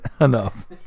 enough